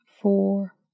four